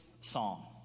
song